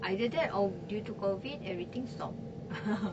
either that or due to COVID everything stop uh